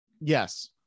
Yes